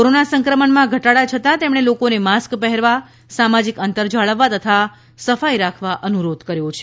corona સંક્રમણમાં ઘટાડા છતાં તેમણે લોકોને માસ્ક પહેરવા સામાજિક અંતર જાળવવા તથા સફાઈ રાખવા અનુરોધ કર્ય છે